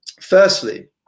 firstly